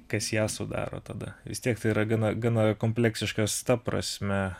kas ją sudaro tada vis tiek yra gana gana kompleksiškas ta prasme